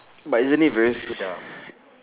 but isn't it very